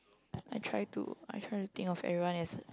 I try to I try to think of everyone as